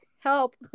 help